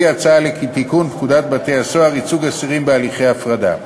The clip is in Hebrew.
היא הצעה לתיקון פקודת בתי-הסוהר (ייצוג אסירים בהליכי הפרדה).